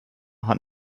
hat